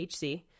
HC